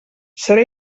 serà